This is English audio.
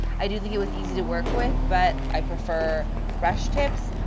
i do think it was easy to work with but i prefer brush tips.